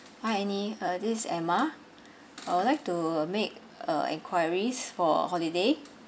hi anni uh this emma I would like to make uh enquiries for holiday